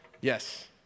Yes